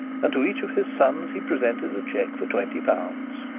and to each of his sons he presented a cheque for twenty pounds.